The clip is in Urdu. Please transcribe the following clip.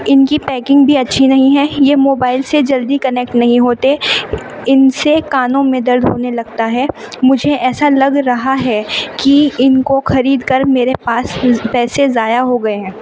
ان کی پیکنگ بھی اچھی نہیں ہے یہ موبائل سے جلدی کنیکٹ نہیں ہوتے ان سے کانوں میں درد ہونے لگتا ہے مجھے ایسا لگ رہا ہے کہ ان کو خرید کر میرے پاس پیسے ضائع ہو گئے ہیں